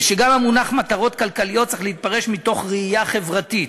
וגם המונח "מטרות כלכליות" צריך להתפרש מתוך ראייה חברתית.